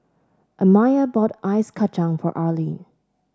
Amiah bought Ice Kachang for Arline